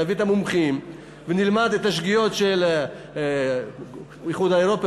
נביא את המומחים ונלמד את השגיאות של האיחוד האירופי,